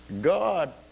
God